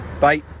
Bye